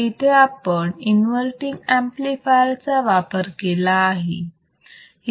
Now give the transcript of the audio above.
कारण इथे आपण इन्वर्तींग ऍम्प्लिफायर चा वापर केला आहे